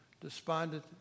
despondent